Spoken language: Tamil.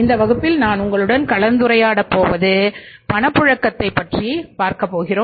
இந்த வகுப்பில் நான் உங்களுடன் கலந்துரையாட போவது பணப்புழக்கத்தைப் பார்க்கிறோம்